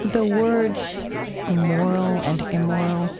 the words moral and immoral